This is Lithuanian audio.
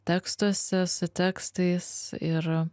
tekstuose su tekstais ir